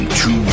two